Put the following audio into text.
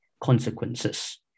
consequences